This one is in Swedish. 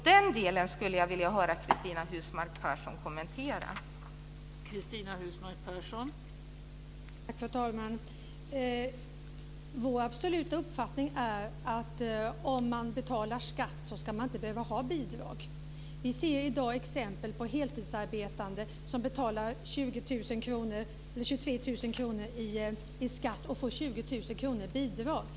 Jag skulle vilja höra Cristina Husmark Pehrsson kommentera den delen.